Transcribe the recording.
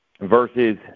versus